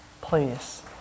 please